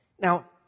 Now